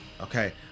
Okay